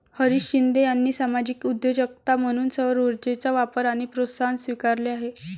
हरीश शिंदे यांनी सामाजिक उद्योजकता म्हणून सौरऊर्जेचा वापर आणि प्रोत्साहन स्वीकारले आहे